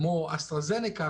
כמו "אסטרהזניקה",